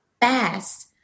fast